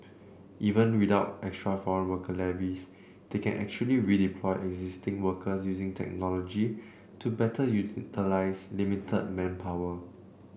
even without extra foreign worker levies they can actually redeploy existing workers using technology to better utilise limited manpower